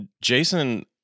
jason